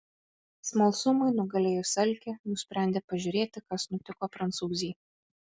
smalsumui nugalėjus alkį nusprendė pažiūrėti kas nutiko prancūzei